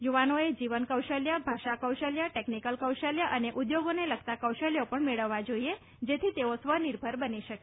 યુવાનોએ જીવન કૌશલ્ય ભાષા કૌશલ્ય ટેકનીકલ કૌશલ્ય અને ઉદ્યોગોને લગતાં કૌશલ્ય પણ મેળવવા જોઈએ જેથી તેઓ સ્વનિર્ભર બની શકે